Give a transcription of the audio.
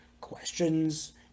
questions